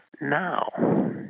Now